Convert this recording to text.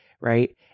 right